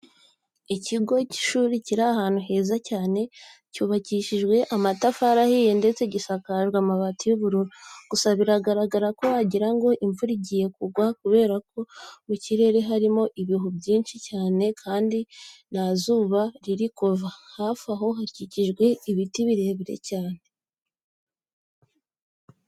Ikigo cy'ishuri kiri ahantu heza cyane, cyubakishijwe amatafari ahiye ndetse gisakajwe amabati y'ubururu, gusa biragaragara ko wagira ngo imvura igiye kugwa kubera ko mu kirere harimo ibihu byinshi cyane kandi nta n'izuba riri kuva. Hafi aho hakikijwe n'ibiti birebire cyane.